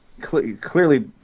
clearly